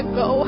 go